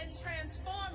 transform